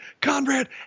Conrad